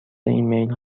ایمیل